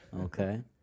okay